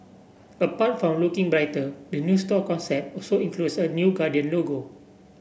apart from looking brighter the new store concept also includes a new Guardian logo